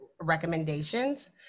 recommendations